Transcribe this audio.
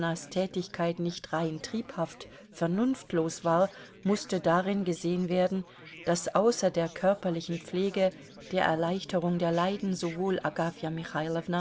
tätigkeit nicht rein triebhaft vernunftlos war mußte darin gesehen werden daß außer der körperlichen pflege der erleichterung der leiden sowohl agafja